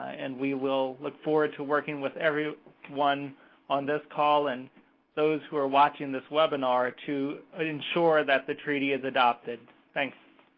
and we will look forward to working with everyone on this call and those who are watching this webinar to ensure that the treaty is adopted. thanks.